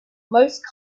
most